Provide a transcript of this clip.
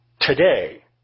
today